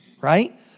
Right